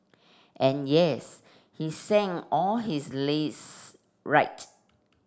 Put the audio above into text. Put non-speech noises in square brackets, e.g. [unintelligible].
and yes he sang all his [unintelligible] right